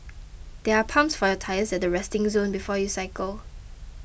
there are pumps for your tyres at the resting zone before you cycle